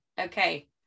okay